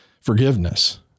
forgiveness